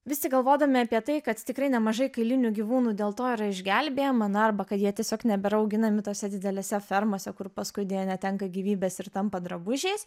vis tik galvodami apie tai kad tikrai nemažai kailinių gyvūnų dėl to yra išgelbama na arba kad jie tiesiog nebėra auginami tose didelėse fermose kur paskui deja netenka gyvybės ir tampa drabužiais